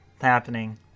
happening